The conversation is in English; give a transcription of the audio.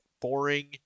boring